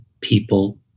people